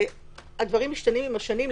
הדברים משתנים עם השנים.